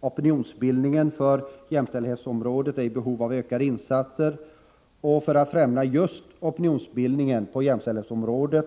Opinionsbildningen på jämställdhetsområdet är i behov av ökade insatser. För att främja opinionsbildningen på jämställdhetsområdet